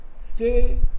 stay